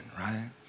right